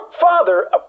father